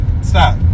Stop